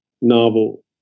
novel